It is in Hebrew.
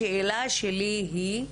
השאלה שלי היא: